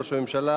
ראש הממשלה,